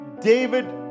David